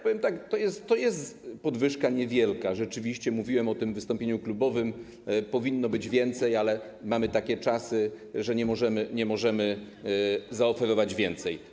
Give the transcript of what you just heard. Powiem tak: to jest podwyżka niewielka, rzeczywiście, mówiłem o tym w wystąpieniu klubowym, powinno być więcej, ale mamy takie czasy, że nie możemy zaoferować więcej.